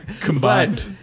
Combined